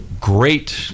great